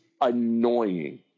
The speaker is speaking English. annoying